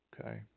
Okay